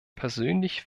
persönlich